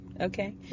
Okay